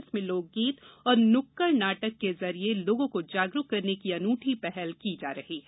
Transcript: इसमें लोक गीत और नुक्कड़ नाटक के जरिये लोगों को जागरुक करने की अनूठी पहल की जा रही है